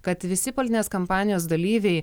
kad visi politinės kampanijos dalyviai